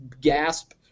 gasp